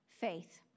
faith